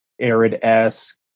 arid-esque